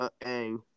Aang